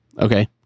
Okay